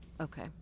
Okay